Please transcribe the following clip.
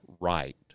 right